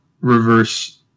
reverse